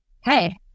hey